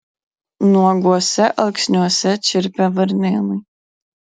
nuoguose alksniuose čirpė varnėnai